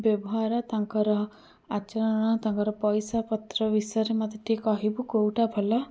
ବ୍ୟବହାର ତାଙ୍କର ଆଚରଣ ତାଙ୍କର ପଇସାପତ୍ର ବିଷୟରେ ମୋତେ ଟିକିଏ କହିବୁ କେଉଁଟା ଭଲ